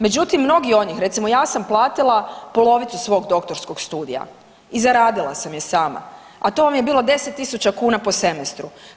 Međutim, mnogi od njih, recimo ja sam platila polovicu svog doktorskog studija i zaradila sam je sama, a to vam je bilo 10 000 kuna po semestru.